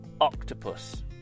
octopus